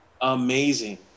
amazing